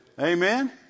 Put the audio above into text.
Amen